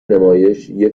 نمایش، یه